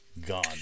gone